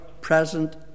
present